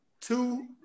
two